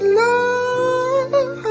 love